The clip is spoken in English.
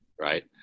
right